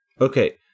Okay